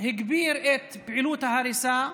שהגביר את פעילות ההריסה,